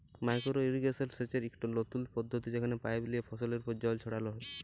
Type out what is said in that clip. micro irrigation সেচের ইকট লতুল পদ্ধতি যেখালে পাইপ লিয়ে ফসলের উপর জল ছড়াল হ্যয়